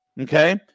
okay